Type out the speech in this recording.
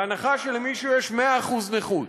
בהנחה שלמישהו יש 100% נכות.